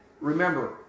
remember